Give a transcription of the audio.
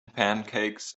pancakes